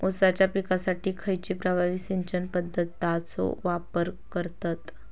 ऊसाच्या पिकासाठी खैयची प्रभावी सिंचन पद्धताचो वापर करतत?